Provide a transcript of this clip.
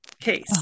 case